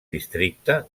districte